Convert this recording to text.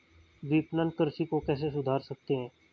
विपणन कृषि को कैसे सुधार सकते हैं?